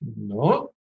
No